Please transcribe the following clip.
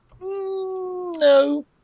No